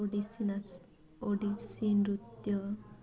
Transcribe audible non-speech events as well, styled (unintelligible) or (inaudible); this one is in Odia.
ଓଡ଼ିଶୀ (unintelligible) ଓଡ଼ିଶୀ ନୃତ୍ୟ